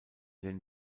den